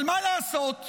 אבל מה לעשות שבשעה,